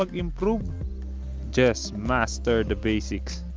ah improve justmasterthebasics